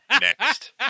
next